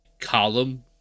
column